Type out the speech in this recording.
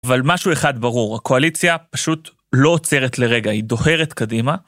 אבל משהו אחד ברור, הקואליציה פשוט לא עוצרת לרגע, היא דוהרת קדימה.